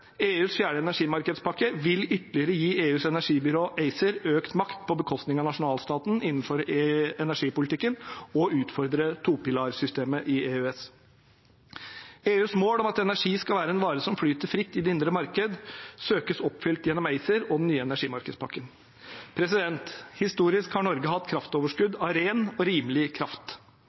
EUs fjerde energimarkedspakke vil ytterligere gi EUs energibyrå, ACER, økt makt på bekostning av nasjonalstaten innenfor energipolitikken og utfordre topilarsystemet i EØS. EUs mål om at energi skal være en vare som flyter fritt i det indre marked, søkes oppfylt gjennom ACER og den nye energimarkedspakken. Historisk har Norge hatt kraftoverskudd av ren og rimelig kraft.